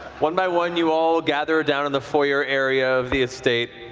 one by one, you all gather down in the foyer area of the estate,